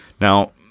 Now